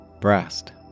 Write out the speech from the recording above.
breast